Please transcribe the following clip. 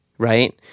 Right